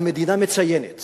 המדינה מציינת